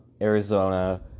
Arizona